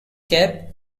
cape